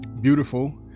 beautiful